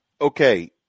Okay